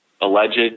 alleged